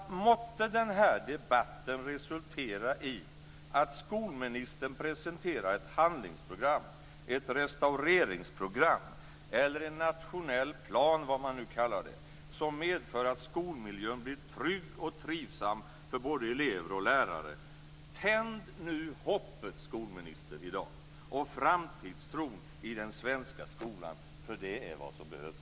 Måtte den här debatten resultera i att skolministern presenterar ett handlingsprogram, ett restaureringsprogram eller en nationell plan, eller vad man nu kallar det, som medför att skolmiljön blir trygg och trivsam för både elever och lärare. Tänd nu hoppet, skolministern, och framtidstron i den svenska skolan, därför att det är vad som behövs.